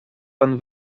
pan